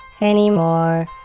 anymore